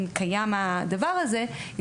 אם קיים הדבר הזה,